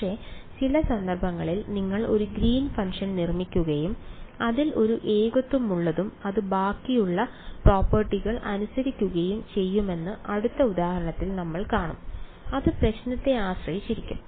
പക്ഷേ ചില സന്ദർഭങ്ങളിൽ നിങ്ങൾ ഒരു ഗ്രീൻ ഫംഗ്ഷൻ നിർമ്മിക്കുകയും അതിൽ ഒരു ഏകത്വമുള്ളതും അത് ബാക്കിയുള്ള പ്രോപ്പർട്ടികൾ അനുസരിക്കുകയും ചെയ്യുമെന്ന് അടുത്ത ഉദാഹരണത്തിൽ നമ്മൾ കാണും അത് പ്രശ്നത്തെ ആശ്രയിച്ചിരിക്കും